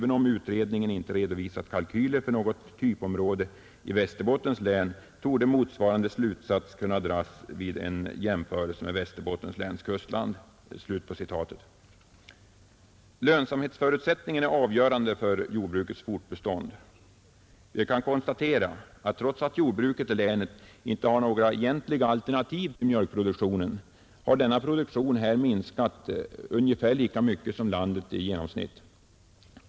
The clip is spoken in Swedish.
Även om utredningen inte redovisat kalkyler för något typområde i Västerbottens län, torde motsvarande slutsats kunna dras vid en jämförelse med Västerbottens läns kustland.” Lönsamhetsförutsättningen är avgörande för jordbrukets fortbestånd. Vi kan konstatera att trots att jordbruket i länet inte har några egentliga alternativ till mjölkproduktionen, har denna produktion där minskat ungefär lika mycket som genomsnittligt för landet.